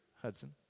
Hudson